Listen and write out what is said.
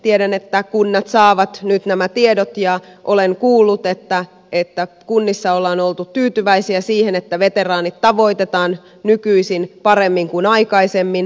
tiedän että kunnat saavat nyt nämä tiedot ja olen kuullut että kunnissa ollaan oltu tyytyväisiä siihen että veteraanit tavoitetaan nykyisin paremmin kuin aikaisemmin